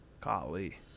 golly